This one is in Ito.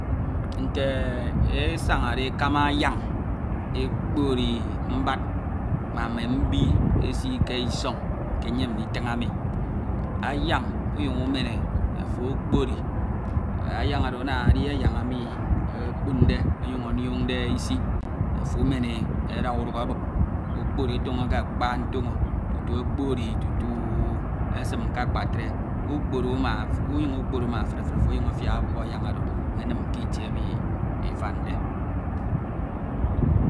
Ute esañade ekama anyañ ekpo mbad ma mme mbi esi kisọñ ke nyem nditi emi. Anyam unyuñ ume e, ofo okpori, anyañ oro ana edi anyañ emi okponde ọnyuñ onionde isi ofo emen e ada uduk abup okpori oton o ke akpa ntoño okpori tutu esin ke akpatre unyuñ ukpori uma etun etun ofo afiak abup anyañ oro enim kitie emi atande